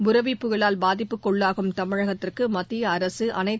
புரெவி புயலால் பாதிப்புக்குள்ளாகும் தமிழகத்திற்கு மத்திய அரசு அனைத்து